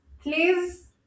please